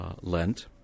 Lent